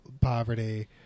poverty